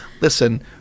Listen